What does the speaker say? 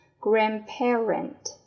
grandparent